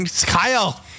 Kyle